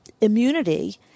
immunity